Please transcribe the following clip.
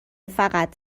فقط